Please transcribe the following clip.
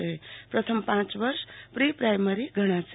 શાળાના પ્રથમ પાંચ વર્ષ પ્રિ પ્રાયમરી ગણાશે